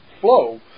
flow